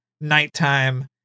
nighttime